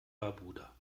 barbuda